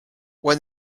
when